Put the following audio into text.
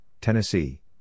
Tennessee